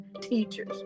teachers